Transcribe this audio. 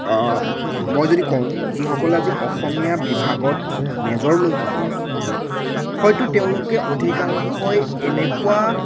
মই যদি কওঁ যিসকলে আজি অসমীয়া বিভাগত মেজৰ লৈ পঢ়ি আছে হয়তো তেওঁলোকে অধিকাংশই এনেকুৱা